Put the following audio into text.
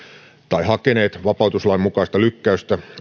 tai hakeneet vapautuslain mukaista lykkäystä